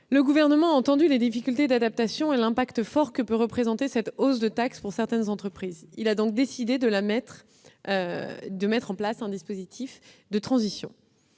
Le Gouvernement, conscient des difficultés d'adaptation et de l'impact fort que peut avoir cette hausse de taxe pour certaines entreprises, a décidé de mettre en place un dispositif de transition.